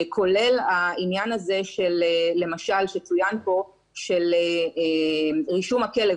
כולל העניין הזה שצוין פה של רישום הכלב